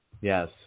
Yes